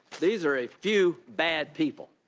these are a few bad people.